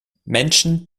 menschen